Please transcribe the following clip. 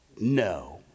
no